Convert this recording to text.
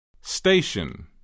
Station